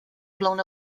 blown